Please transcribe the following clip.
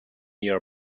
your